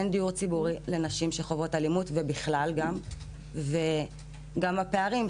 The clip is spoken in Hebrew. אין דיור ציבורי לנשים שחוות אלימות ובכלל גם יש גם הפערים,